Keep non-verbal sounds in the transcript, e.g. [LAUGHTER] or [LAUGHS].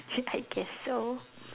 [LAUGHS] I guess so